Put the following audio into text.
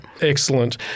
Excellent